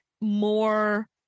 more